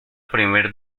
primera